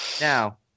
now